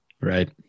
Right